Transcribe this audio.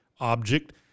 object